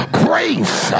grace